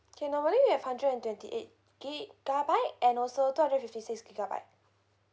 K normally we have hundred and twenty eight gigabyte and also two hundred and fifty six gigabyte